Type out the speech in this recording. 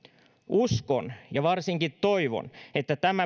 uskon ja varsinkin toivon että tämä